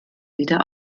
wieder